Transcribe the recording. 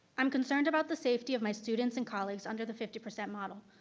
i'm concerned about the safety of my students and colleagues under the fifty percent model.